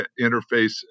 interface